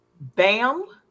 BAM